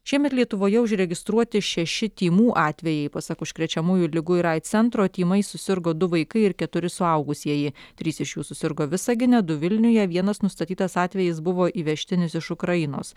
šiemet lietuvoje užregistruoti šeši tymų atvejai pasak užkrečiamųjų ligų ir aids centro tymais susirgo du vaikai ir keturi suaugusieji trys iš jų susirgo visagine du vilniuje vienas nustatytas atvejis buvo įvežtinis iš ukrainos